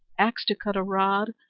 axe to cut a rod,